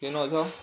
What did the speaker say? କେନୁ ଅଛ